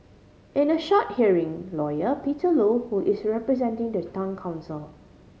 in a short hearing Lawyer Peter Low who is representing the Town Council